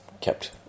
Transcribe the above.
kept